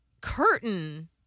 curtain